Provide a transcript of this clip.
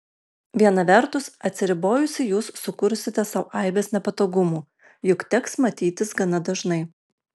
viena vertus atsiribojusi jūs sukursite sau aibes nepatogumų juk teks matytis gana dažnai